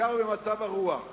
ובעיקר במצב הרוח,